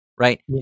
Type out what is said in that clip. Right